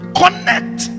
connect